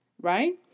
Right